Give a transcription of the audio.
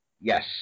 Yes